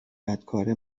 بدکاره